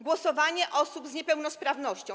Głosowanie osób z niepełnosprawnością.